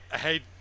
Hey